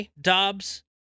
Dobbs